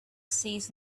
sees